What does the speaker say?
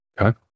Okay